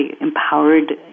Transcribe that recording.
empowered